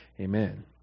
Amen